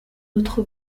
autre